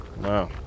Wow